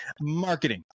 marketing